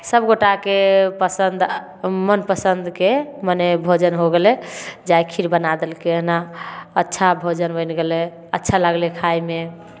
सभ गोटाके पसन्द मनपसन्दके मने भोजन हो गेलै जे आइ खीर बना देलकै हन अच्छा भोजन बनि गेलै अच्छा लगलै खायमे